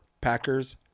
Packers